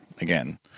again